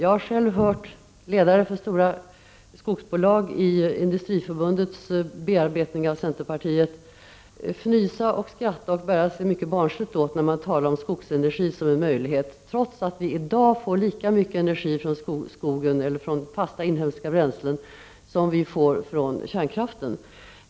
Jag har själv sett ledare för stora skogsbolag vid Industriförbundets bearbetning av centerpartiet fnysa, skratta och bära sig mycket barnsligt åt när man talat om skogsenergi som en möjlighet, trots att vi i dag får lika mycket energi från fasta inhemska bränslen som vi får från kärnkraften.